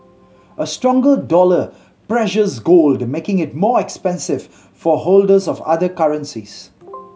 a stronger dollar pressures gold making it more expensive for holders of other currencies